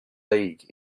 league